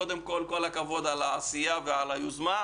אז, קודם כול, כל הכבוד על העשייה ועל היוזמה.